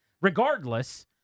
Regardless